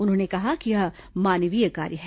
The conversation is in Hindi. उन्होंने कहा कि यह मानवीय कार्य है